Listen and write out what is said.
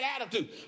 attitude